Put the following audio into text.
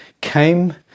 came